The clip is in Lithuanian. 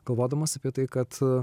galvodamas apie tai kad